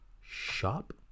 shop